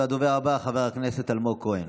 הדובר הבא, חבר הכנסת אלמוג כהן.